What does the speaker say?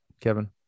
Kevin